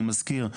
אני מזכיר,